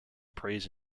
praise